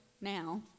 now